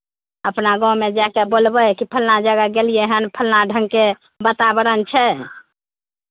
अपना गाँवमे जा कऽ बोलबै कि फल्लाँ जगह गेलियै हन फल्लाँ ढङ्गके वातावरण छै